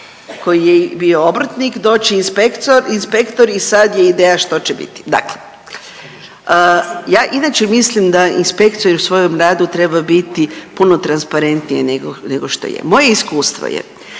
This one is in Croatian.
koji je bio obrtnik doći inspektor i sad je ideja što će biti. Dakle, ja inače mislim da inspektor u svojem radu treba biti puno transparentnije nego što je. Moje iskustvo je